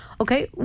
okay